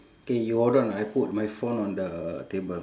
K you hold on ah I put my phone on the table